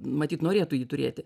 matyt norėtų jį turėti